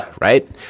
right